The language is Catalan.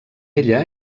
ella